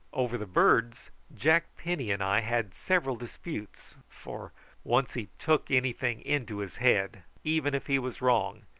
over the birds jack penny and i had several disputes, for once he took anything into his head, even if he was wrong,